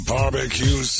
Barbecue